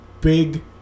big